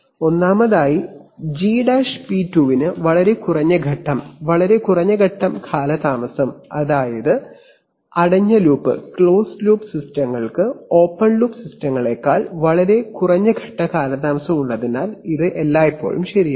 ഒന്നാമതായി ജിപി 2 ന് വളരെ കുറഞ്ഞ ഘട്ടം വളരെ കുറഞ്ഞ ഘട്ടം കാലതാമസം അതായത് അടഞ്ഞ ലൂപ്പ് സിസ്റ്റങ്ങൾക്ക് ഓപ്പൺ ലൂപ്പ് സിസ്റ്റങ്ങളേക്കാൾ വളരെ കുറഞ്ഞ ഘട്ടം കാലതാമസം ഉള്ളതിനാൽ ഇത് എല്ലായ്പ്പോഴും ശരിയാണ്